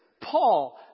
Paul